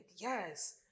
Yes